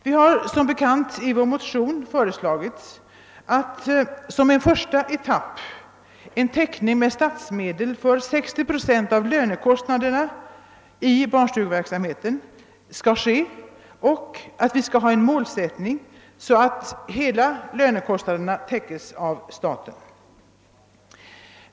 Vi har som bekant i vår motion föreslagit att som en första etapp en täckning med statsmedel för 60 procent av lönekostnaderna inom barnstugeverksamheten skall ske och att vi skall ha den målsättningen att hela lönekostnaden täckes av staten.